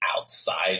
outside